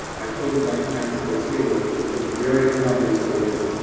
i folded my hands on the table and very calmly told him,